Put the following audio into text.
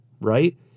right